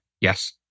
yes